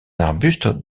arbuste